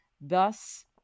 thus